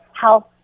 health